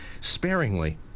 sparingly